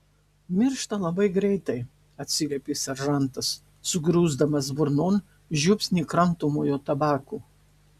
miršta labai greitai atsiliepė seržantas sugrūsdamas burnon žiupsnį kramtomojo tabako